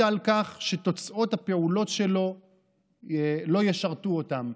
על כך שתוצאות הפעולות שלו לא ישרתו אותם.